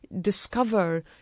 discover